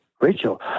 Rachel